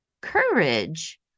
courage